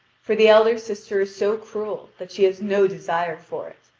for the elder sister is so cruel that she has no desire for it.